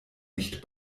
nicht